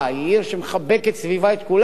היא עיר שמחבקת סביבה את כולם,